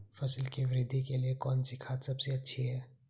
फसल की वृद्धि के लिए कौनसी खाद सबसे अच्छी है?